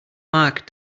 mark